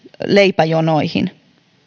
leipäjonoihin